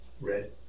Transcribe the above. Red